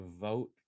vote